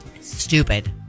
Stupid